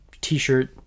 t-shirt